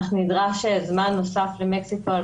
אך נדרש זמן נוסף למקסיקו.